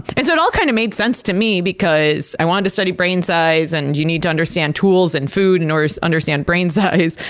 and so it all kind of made sense to me, because i wanted to study brain size, and you needed to understand tools and food in order to understand brain size.